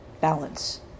Balance